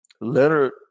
Leonard